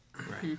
Right